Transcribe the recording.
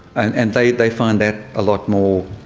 and and they they find that a lot more,